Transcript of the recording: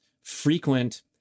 frequent